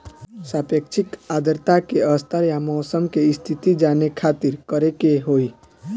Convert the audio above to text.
सापेक्षिक आद्रता के स्तर या मौसम के स्थिति जाने खातिर करे के होई?